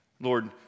Lord